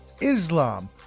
Islam